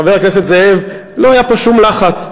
חבר הכנסת זאב, לא היה פה שום לחץ.